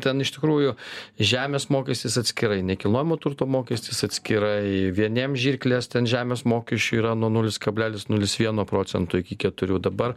ten iš tikrųjų žemės mokestis atskirai nekilnojamo turto mokestis atskirai vieniems žirklės ten žemės mokesčiui yra nuo nulis kablelis nulis vieno procento iki keturių dabar